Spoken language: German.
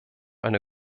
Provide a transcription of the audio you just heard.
eine